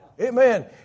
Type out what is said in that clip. Amen